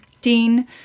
Dean